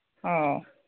ꯑꯣ